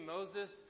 Moses